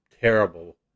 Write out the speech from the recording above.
terrible